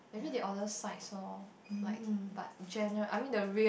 ya um